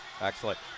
Excellent